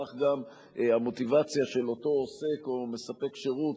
כך גם המוטיבציה של אותו עוסק או מספק שירות